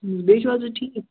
بیٚیہِ چھُو حظ تُہۍ ٹھیٖک